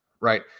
right